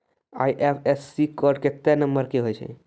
IFSC code केत्ते number के होय छै